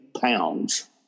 pounds